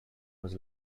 was